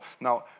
Now